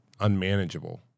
unmanageable